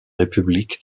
république